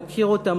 מוקיר אותה,